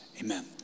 amen